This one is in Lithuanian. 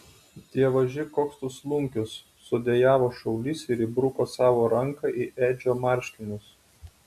dievaži koks tu slunkius sudejavo šaulys ir įbruko savo ranką į edžio marškinius